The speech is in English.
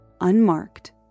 unmarked